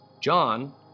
John